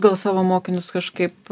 gal savo mokinius kažkaip